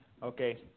Okay